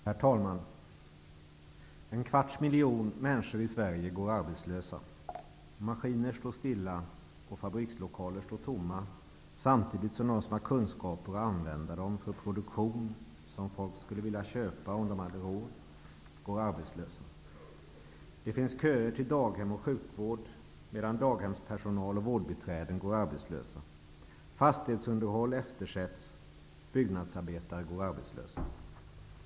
Herr talman! En kvarts miljon människor i Sverige går arbetslösa. Maskiner står stilla och fabrikslokaler står tomma samtidigt som de som har kunskaper att använda dem för produktion av varor som folk skulle vilja köpa om de hade råd går arbetslösa. Det finns köer till daghem och sjukvård medan daghemspersonal och vårdbiträden går arbetslösa. Fastighetsunderhåll eftersätts, och byggnadsarbetare går arbetslösa.